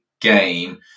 game